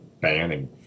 banning